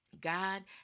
god